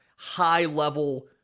high-level